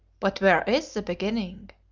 but where is the beginning?